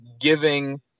giving